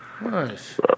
Nice